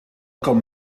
kan